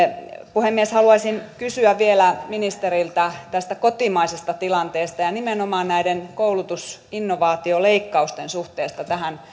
puhemies haluaisin kysyä vielä ministeriltä tästä kotimaisesta tilanteesta ja ja nimenomaan näiden koulutus ja innovaatioleikkausten suhteesta tähän